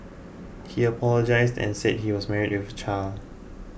he apologised and said he was married with a child